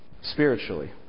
spiritually